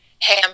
Hey